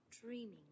dreaming